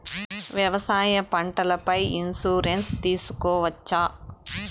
వ్యవసాయ పంటల పై ఇన్సూరెన్సు తీసుకోవచ్చా?